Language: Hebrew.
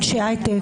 אנשי הייטק,